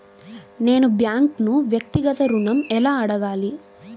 నేను బ్యాంక్ను వ్యక్తిగత ఋణం ఎలా అడగాలి?